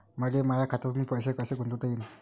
मले माया खात्यातून पैसे कसे गुंतवता येईन?